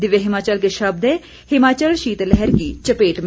दिव्य हिमाचल के शब्द हैं हिमाचल शीत लहर की चपेट में